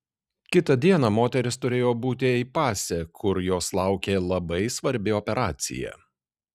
kitą dieną moteris turėjo būti ei pase kur jos laukė labai svarbi operacija